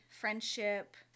friendship